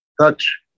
touch